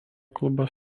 klubas